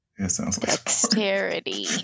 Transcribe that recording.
Dexterity